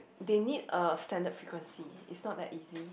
they need a standard frequency it's not that easy